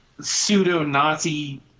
pseudo-Nazi